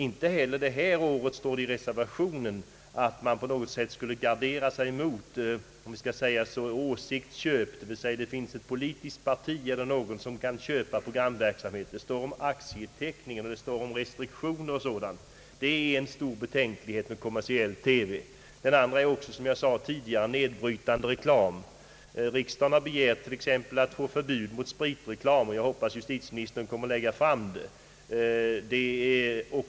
Inte heller i år står det i reservationen att man på något sätt skulle gardera sig emot vad jag vill kalla åsiktsköp, dvs. att ett politiskt parti eller någon annan kan köpa programverksamhet. Det talas i reservationen om aktieteckning, om restriktioner och sådant, men ges inga konkreta besked. Ett annat problem, som jag berört tidigare, är nedbrytande reklam. Riksdagen har t.ex. begärt förbud mot spritreklam, och jag hoppas att justitieministern kommer att lägga fram en proposition härom.